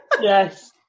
Yes